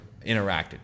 interacted